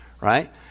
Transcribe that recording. right